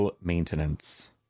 maintenance